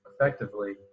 effectively